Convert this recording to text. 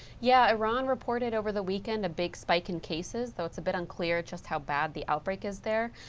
yeah, iran reported over the weekend a big spike in cases, so it's a bit unclear just how bad the outbreak is there.